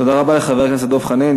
תודה רבה לחבר הכנסת דב חנין.